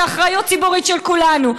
זו אחריות ציבורית של כולנו,